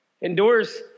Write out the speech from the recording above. Endures